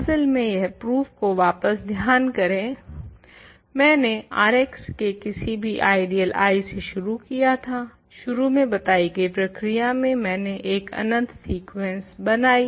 असल में यह प्रूफ को वापस ध्यान करें मैंने Rx में किसी भी आइडियल I से शुरू किया था शुरू में बताई गई प्रक्रिया से मैंने एक अनंत सीक्वेंस बनाइ